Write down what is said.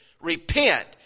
repent